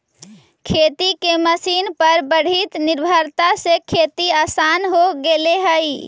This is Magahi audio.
खेती के मशीन पर बढ़ीत निर्भरता से खेती आसान हो गेले हई